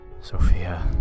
Sophia